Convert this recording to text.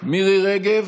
מירי מרים רגב,